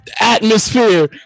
Atmosphere